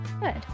Good